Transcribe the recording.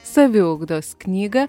saviugdos knygą